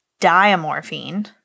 diamorphine